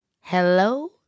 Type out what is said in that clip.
Hello